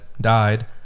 died